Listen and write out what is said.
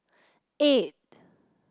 eight